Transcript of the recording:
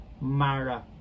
Mara